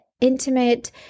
intimate